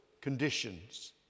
conditions